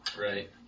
right